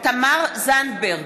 תמר זנדברג,